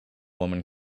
woman